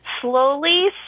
slowly